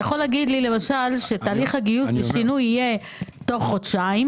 אתה יכול להגיד לי שתהליך הגיוס והשינוי יהיה תוך חודשיים,